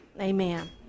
Amen